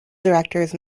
directors